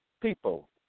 people